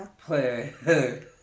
play